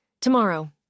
Tomorrow